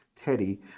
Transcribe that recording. Teddy